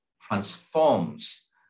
transforms